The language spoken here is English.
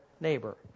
neighbor